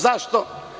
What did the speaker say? Zašto?